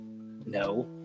No